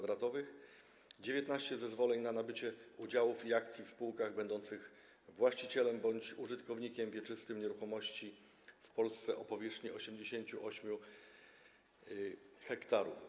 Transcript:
19 zezwoleń na nabycie udziałów i akcji w spółkach będących właścicielem bądź użytkownikiem wieczystym nieruchomości w Polsce o powierzchni 88 ha.